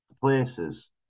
places